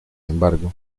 embargo